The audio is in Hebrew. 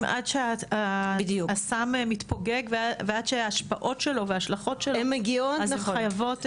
עד שהסם מתפוגג ועד שההשפעות שלו וההשלכות שלו אז הן חייבות.